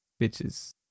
bitches